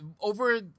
over